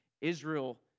Israel